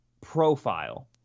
profile